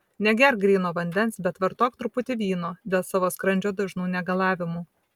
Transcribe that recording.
negerk gryno vandens bet vartok truputį vyno dėl savo skrandžio dažnų negalavimų